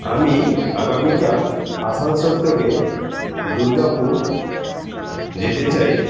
আমি আগামীকাল আসানসোল থেক দুর্গাপুর যেতে চাই